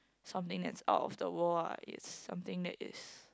something that's out of the world ah is something that is